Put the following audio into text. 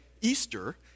Easter